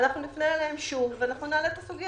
אנחנו נפנה אליהם שוב ונעלה את הסוגיה.